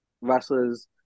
wrestlers